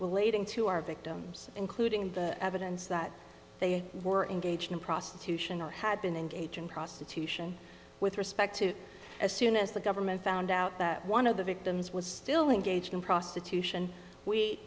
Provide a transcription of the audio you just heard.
relating to our victims including the evidence that they were engaged in prostitution or had been engage in prostitution with respect to as soon as the government found out that one of the victims was still engaged in prostitution we